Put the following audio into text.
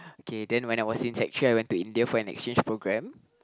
okay then when I was in sec three I went to India for an exchange programme